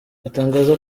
atangaza